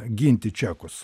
ginti čekus